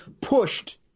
pushed